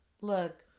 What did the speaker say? Look